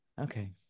Okay